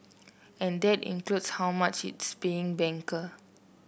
and that includes how much it's paying banker